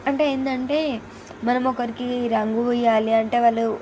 అంటే ఏంటి అంటే మనం ఒకరికి రంగు వేయాలి అంటే వాళ్ళు